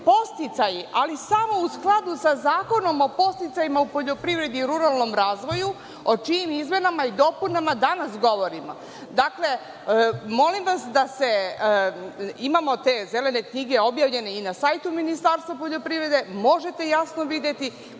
ali samo u skladu sa Zakonom o podsticajima u poljoprivredi i ruralnom razvoju, o čijim izmenama i dopunama danas govorimo. Dakle, molim vas da se, imamo te zelene knjige objavljene i na sajtu Ministarstva poljoprivrede, možete jasno videti